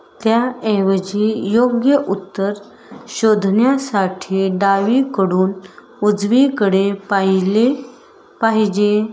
त्याऐवजी योग्य उत्तर शोधण्यासाठी डावीकडून उजवीकडे पाहिले पाहिजे